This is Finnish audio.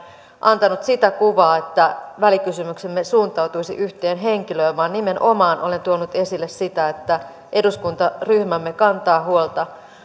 antanut sitä kuvaa että välikysymyksemme suuntautuisi yhteen henkilöön vaan nimenomaan olen tuonut esille sitä että eduskuntaryhmämme kantaa huolta